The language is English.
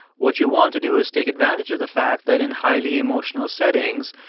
what you want to do is take advantage of the fact that in highly emotional settings,